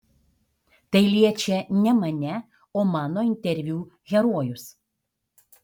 tai liečia ne mane o mano interviu herojus